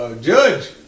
Judge